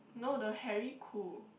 no the hairy cool